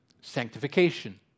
sanctification